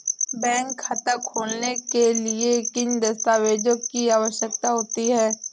Bank खाता खोलने के लिए किन दस्तावेज़ों की आवश्यकता होती है?